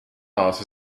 loss